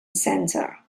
center